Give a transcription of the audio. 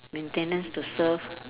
maintenance to serve